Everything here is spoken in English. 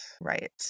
right